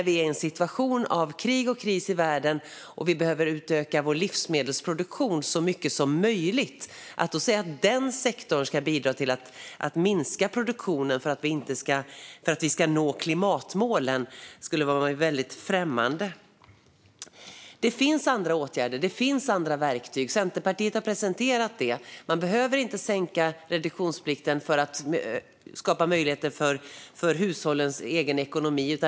Vi har en situation med krig och kris i världen och behöver öka vår livsmedelsproduktion så mycket som möjligt. Att då säga att den sektorn ska bidra till att minska produktionen för att vi ska nå klimatmålen är mig väldigt främmande. Det finns andra åtgärder. Det finns andra verktyg. Centerpartiet har presenterat sådana. Man behöver inte sänka reduktionsplikten för att skapa möjligheter för hushållens egen ekonomi.